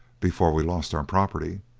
before we lost our property,